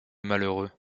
malheureux